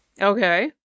Okay